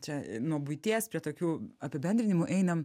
čia nuo buities prie tokių apibendrinimų einam